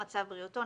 מצב בריאותו,